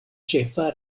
ĉefa